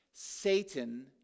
Satan